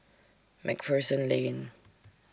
MacPherson Lane